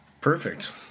Perfect